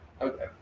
okay